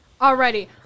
Alrighty